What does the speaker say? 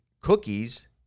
cookies